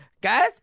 guys